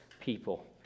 people